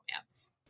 romance